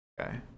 Okay